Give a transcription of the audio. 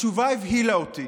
התשובה הבהילה אותי,